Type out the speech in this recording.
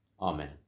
Amen